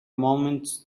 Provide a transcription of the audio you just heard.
moment